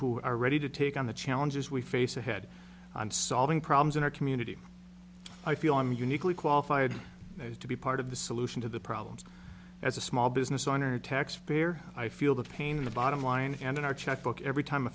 who are ready to take on the challenges we face ahead on solving problems in our community i feel i'm uniquely qualified to be part of the solution to the problems as a small business owner taxpayer i feel the pain in the bottom line and in our checkbook every time a